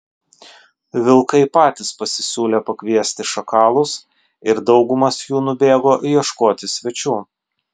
vilkai patys pasisiūlė pakviesti šakalus ir daugumas jų nubėgo ieškoti svečių